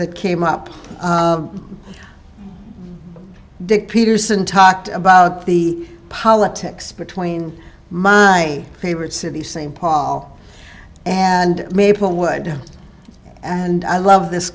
that came up dick peterson talked about the politics between my favorite city st paul and maplewood and i love this